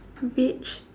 beach